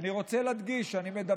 מציעה לך,